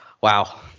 Wow